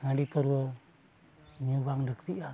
ᱦᱟᱺᱰᱤᱼᱯᱟᱹᱣᱨᱟᱹ ᱧᱩ ᱵᱟᱝ ᱞᱟᱹᱠᱛᱤᱜᱼᱟ